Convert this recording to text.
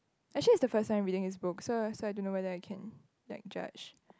actually is the first time reading his book so so I don't know whether I can like judge